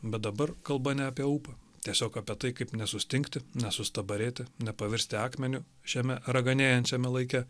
bet dabar kalba ne apie ūpą tiesiog apie tai kaip nesustingti nesustabarėti nepaversti akmeniu šiame raganėjančiame laike